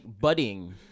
budding